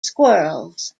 squirrels